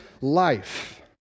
life